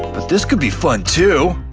but this could be fun too!